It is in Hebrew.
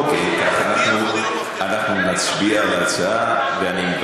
אוקיי, אם כך, להבטיח, אני לא